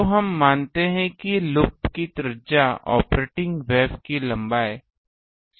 तो हम मानते हैं कि r0 लूप की त्रिज्या ऑपरेटिंग वेव की लंबाय से बहुत कम है